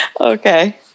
Okay